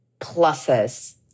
pluses